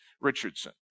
Richardson